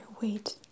wait